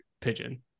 pigeon